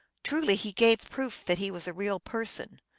truly he gave proof that he was a real person,